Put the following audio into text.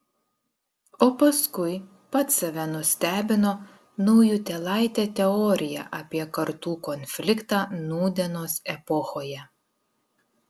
o paskui pats save nustebino naujutėlaite teorija apie kartų konfliktą nūdienos epochoje